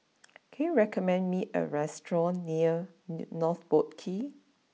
can you recommend me a restaurant near North Boat Quay